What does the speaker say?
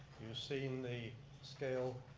you seen the scale.